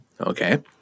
Okay